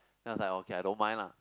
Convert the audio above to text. then I was like okay I don't mind lah